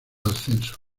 ascenso